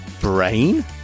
brain